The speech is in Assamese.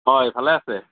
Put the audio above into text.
হয় ভালে আছে